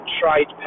tried